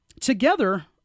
together